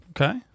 Okay